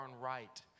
right